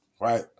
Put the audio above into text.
right